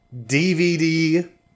DVD